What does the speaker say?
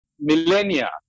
millennia